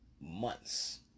months